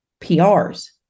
PRs